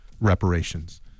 reparations